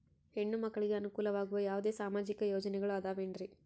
ಹೆಣ್ಣು ಮಕ್ಕಳಿಗೆ ಅನುಕೂಲವಾಗುವ ಯಾವುದೇ ಸಾಮಾಜಿಕ ಯೋಜನೆಗಳು ಅದವೇನ್ರಿ?